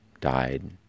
died